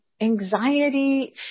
anxiety